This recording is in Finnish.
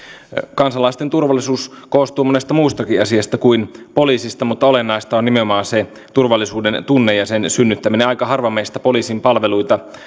kansalaisten turvallisuus koostuu monesta muustakin asiasta kuin poliisista mutta olennaista on nimenomaan se turvallisuuden tunne ja sen synnyttäminen aika harva meistä poliisin palveluita